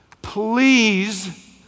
please